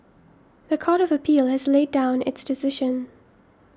the Court of Appeal has laid down its decision